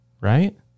right